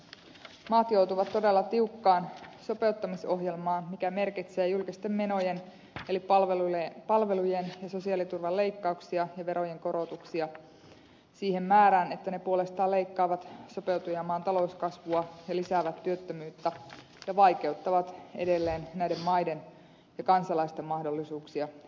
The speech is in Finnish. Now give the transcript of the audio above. maat joutuvat todella tiukkaan sopeuttamisohjelmaan mikä merkitsee julkisten menojen eli palvelujen ja sosiaaliturvan leikkauksia ja verojen korotuksia siihen määrään että ne puolestaan leikkaavat sopeutujamaan talouskasvua lisäävät työttömyyttä ja vaikeuttavat edelleen näiden maiden ja kansalaisten mahdollisuuksia selviytyä